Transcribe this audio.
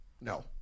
No